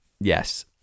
yes